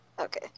Okay